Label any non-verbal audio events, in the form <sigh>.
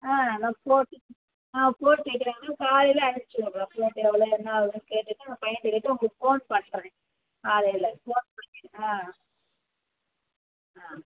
ஆ நான் போட்டு ஆ போட்டு வைக்கிறேங்க காலையில் அனுப்பிச்சுவுட்றேன் எவ்வளோ என்ன ஆகுதுன்னு கேட்டுட்டு <unintelligible> பையன்ட கேட்டு உங்களுக்கு ஃபோன் பண்ணுறேன் காலையில் ஃபோன் பண்ணி ஆ ஆ